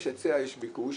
יש היצע, יש ביקוש,